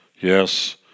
Yes